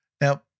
Now